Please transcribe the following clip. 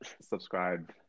Subscribe